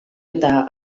eta